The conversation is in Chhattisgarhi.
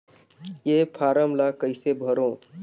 ये फारम ला कइसे भरो?